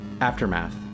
Aftermath